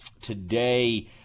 Today